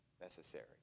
necessary